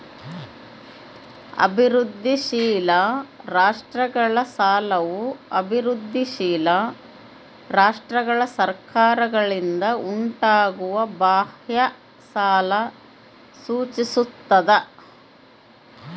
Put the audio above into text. ಅಭಿವೃದ್ಧಿಶೀಲ ರಾಷ್ಟ್ರಗಳ ಸಾಲವು ಅಭಿವೃದ್ಧಿಶೀಲ ರಾಷ್ಟ್ರಗಳ ಸರ್ಕಾರಗಳಿಂದ ಉಂಟಾಗುವ ಬಾಹ್ಯ ಸಾಲ ಸೂಚಿಸ್ತದ